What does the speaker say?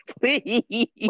Please